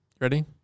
Ready